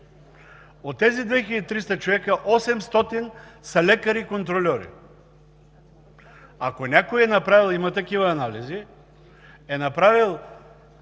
От тези 2300 човека 800 са лекари – контрольори. Ако някой е направил – има такива анализи – оценка и